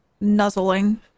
Nuzzling